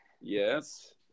Yes